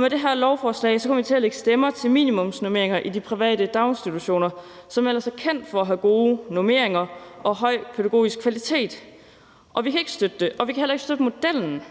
Med det her lovforslag kommer vi til at lægge stemmer til minimumsnormeringer i de private daginstitutioner, som ellers er kendt for at have gode normeringer og høj pædagogisk kvalitet. Vi kan ikke støtte det, og vi kan heller ikke støtte modellen,